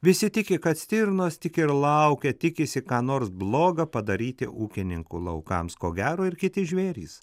visi tiki kad stirnos tik ir laukia tikisi ką nors bloga padaryti ūkininkų laukams ko gero ir kiti žvėrys